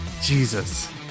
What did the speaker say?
Jesus